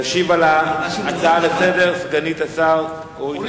תשיב על ההצעה סגנית השר אורית